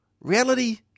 Reality